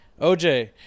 OJ